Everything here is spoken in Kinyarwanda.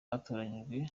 batoranyijwe